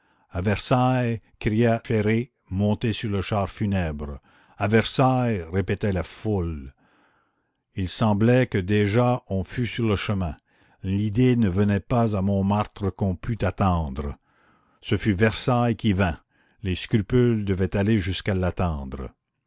versailles criait th ferré monté sur le char funèbre a versailles répétait la foule il semblait que déjà on fût sur le chemin l'idée ne venait pas à montmartre qu'on pût attendre ce fut versailles qui vint les scrupules devaient aller jusqu'à l'attendre